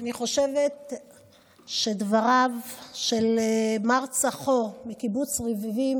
חושבת שדבריו של מר צחור מקיבוץ רביבים